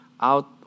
out